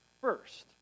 first